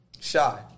shy